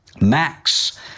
Max